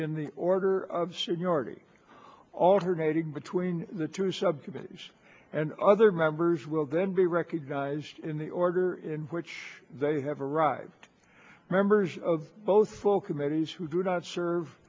in the order of seniority alternating between the two subcommittees and other members will then be recognized in the order in which they have arrived members of both full committees who do not serve